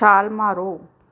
ਛਾਲ ਮਾਰੋ